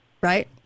right